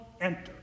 enter